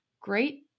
Great